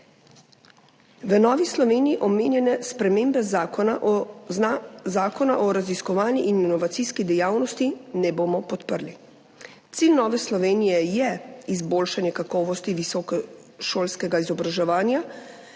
V Novi Sloveniji omenjene spremembe Zakona o znanstvenoraziskovalni in inovacijski dejavnosti ne bomo podprli. Cilj Nove Slovenije je izboljšanje kakovosti visokošolskega izobraževanja,